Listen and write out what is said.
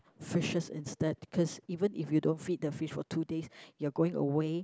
fishes instead cause even if you don't feed the fish for two days you are going away